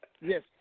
yes